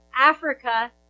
Africa